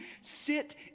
Sit